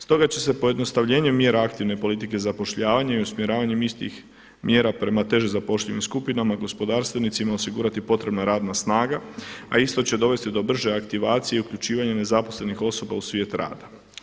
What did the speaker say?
Stoga će se pojednostavljenje mjera aktivne politike zapošljavanja i usmjeravanjem istih mjera prema teže zapošljivim skupinama, gospodarstvenicima osigurati potrebna radna snaga, a isto će dovesti do brže aktivacije i uključivanje nezaposlenih osoba u svijet rada.